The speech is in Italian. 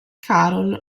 carol